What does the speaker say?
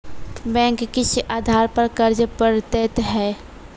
Bank किस आधार पर कर्ज पड़तैत हैं?